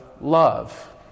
love